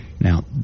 Now